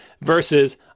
versus